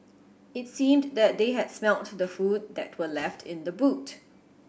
it seemed that they had smelt the food that were left in the boot